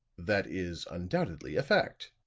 that is undoubtedly a fact,